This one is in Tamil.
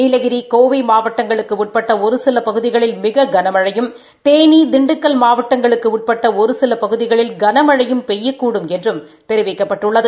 நீலகிரி கோவை மாவட்டங்களுக்கு உட்பட்ட ஒரு சில பகுதிகளில் மிக கனமழையும் தேனி திண்டுக்கல் மாவட்டங்களுக்கு உட்பட்ட ஒரு சில பகுதிகளில் கனமழையும் பெய்யக்கூடும் என்றும் தெரிவிக்கப்பட்டுள்ளது